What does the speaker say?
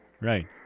Right